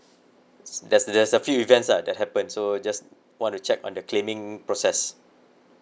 there's there's a few events lah that happened so just want to check on the claiming process